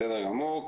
בסדר גמור.